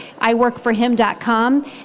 iworkforhim.com